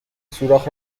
سوراخ